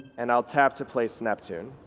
and i will tap to place neptune.